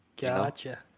Gotcha